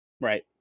Right